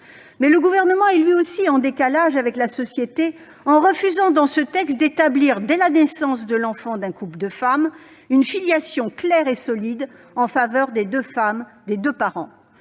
Mais le Gouvernement est, lui aussi, en décalage avec la société en refusant d'établir, dans ce texte, dès la naissance de l'enfant d'un couple de femmes une filiation claire et solide en faveur des deux femmes, des deux parents.